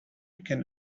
can